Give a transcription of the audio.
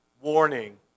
warning